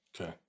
Okay